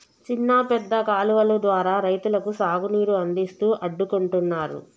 చిన్న పెద్ద కాలువలు ద్వారా రైతులకు సాగు నీరు అందిస్తూ అడ్డుకుంటున్నారు